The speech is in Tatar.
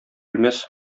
үлмәс